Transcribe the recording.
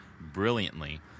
brilliantly